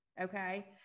Okay